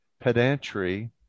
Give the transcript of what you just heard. pedantry